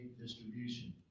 distribution